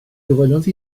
gofynnodd